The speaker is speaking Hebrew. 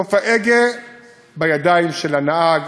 בסוף ההגה בידיים של הנהג,